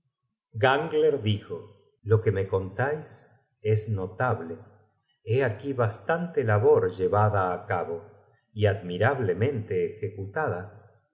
gangler dijo lo que me contais es notable hé aquí bastante labor llevada á cabo y admirablemente ejecutada